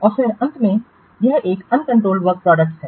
और फिर अंत में एक यह अनकंट्रोल्ड वर्क प्रोडक्टस है